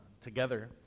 together